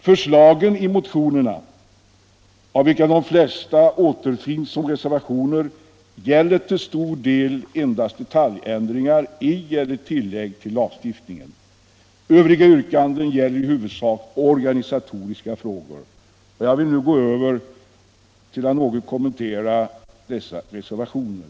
Förslagen i motionerna, av vilka de flesta återfinns som reservationer, gäller till stor del endast detaljändringar i eller tillägg till lagstiftningen. Övriga yrkanden gäller i huvudsak organisatoriska frågor. Jag vill nu gå över till att något kommentera dessa reservationer.